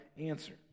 answer